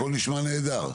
הכול נשמע נהדר.